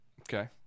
Okay